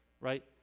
right